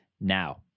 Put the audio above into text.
Now